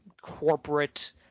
corporate